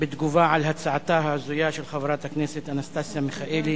בתגובה על הצעתה ההזויה של חברת הכנסת אנסטסיה מיכאלי,